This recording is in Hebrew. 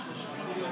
הטענה,